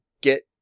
get